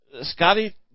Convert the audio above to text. Scotty